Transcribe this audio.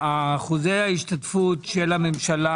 אחוזי ההשתתפות של הממשלה